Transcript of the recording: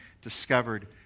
discovered